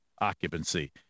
occupancy